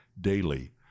daily